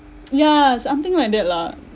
yeah something like that lah